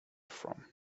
from